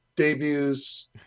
Debuts